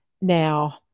now